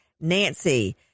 nancy